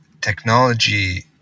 technology